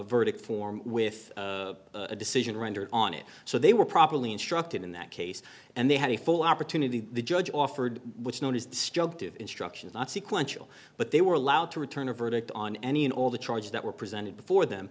verdict form with a decision rendered on it so they were properly instructed in that case and they had a full opportunity the judge offered which known as disjunctive instructions not sequential but they were allowed to return a verdict on any and all the charges that were presented before them